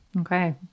Okay